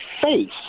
face